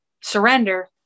surrender